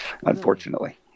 unfortunately